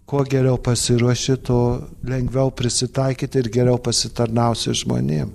kuo geriau pasiruoši to lengviau prisitaikyt ir geriau pasitarnausi žmonėm